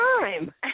time